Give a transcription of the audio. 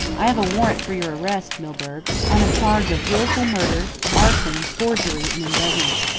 i have a warrant for your arrest, milburgh, on a charge of wilful murder, arson, forgery, and embezzlement.